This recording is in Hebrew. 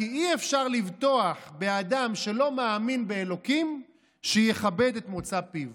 כי אי-אפשר לבטוח באדם שלא מאמין באלוקים שיכבד את מוצא פיו.